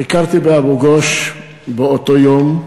ביקרתי באבו-גוש באותו יום,